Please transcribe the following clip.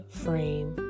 frame